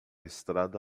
estrada